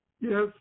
Yes